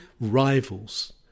rivals